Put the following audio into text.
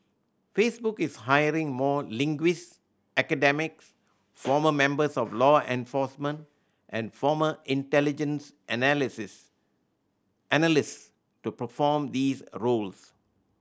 Facebook is hiring more linguist academics former members of law enforcement and former intelligence analysis analyst to perform these roles